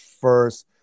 first